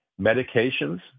medications